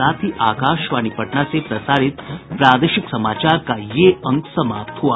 इसके साथ ही आकाशवाणी पटना से प्रसारित प्रादेशिक समाचार का ये अंक समाप्त हुआ